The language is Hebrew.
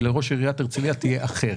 ולראש עיריית הרצליה תהיה תפיסת עולם אחרת,